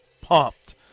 pumped